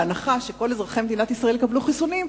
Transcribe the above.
בהנחה שכל אזרחי מדינת ישראל יקבלו חיסונים,